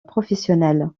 professionnelle